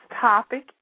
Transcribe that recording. topic